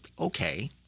okay